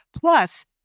plus